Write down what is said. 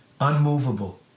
Unmovable